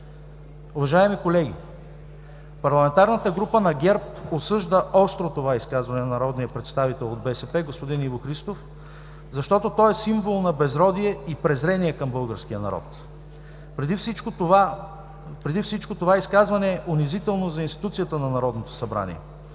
Уважаеми колеги, Парламентарната група на ГЕРБ осъжда остро това изказване на народния представител от БСП господин Иво Христов, защото то е символ на безродие и презрение към българския народ. Преди всичко това изказване е унизително за институцията на Народното събрание.